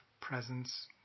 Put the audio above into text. Presence